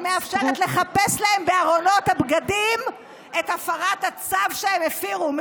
את מאפשרת לחפש להם בארונות הבגדים את הפרת הצו שהם הפרו.